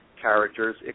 characters